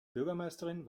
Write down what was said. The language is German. bürgermeisterin